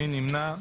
מי נמנע?